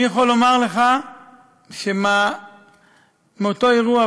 אני יכול לומר לך שמאותו אירוע,